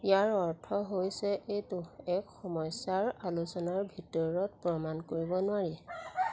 ইয়াৰ অৰ্থ হৈছে এইটো এক সমস্যাৰ আলোচনাৰ ভিতৰত প্ৰমাণ কৰিব নোৱাৰি